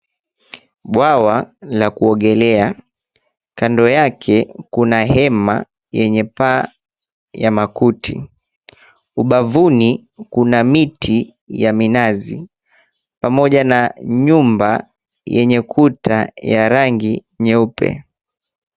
Bwawa la kuogelea. Kando yake, kuna hema lenye paa ya makuti. Ubavuni, kuna miti ya minazi pamoja na nyumba yenye kuta ya rangi nyeupe.